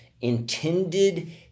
intended